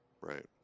Right